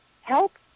help